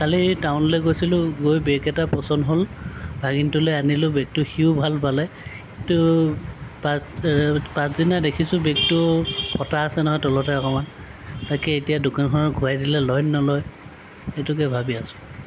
কালি টাউনলৈ গৈছিলোঁ গৈ বেগ এটা পচন্দ হ'ল ভাগিনটোলৈ আনিলোঁ বেগটো সিও ভাল পালে কিন্তু পাছ পাছদিনা দেখিছোঁ বেগটো ফটা আছে নহয় অকণমান তাকে এতিয়া দোকানখনত ঘূৰাই দিলে লয়নে নলয় সেইটোকে ভাবি আছোঁ